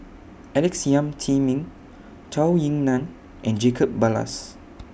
Alex Yam Ziming Zhou Ying NAN and Jacob Ballas